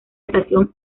estación